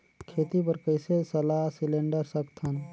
खेती बर कइसे सलाह सिलेंडर सकथन?